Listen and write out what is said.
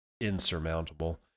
insurmountable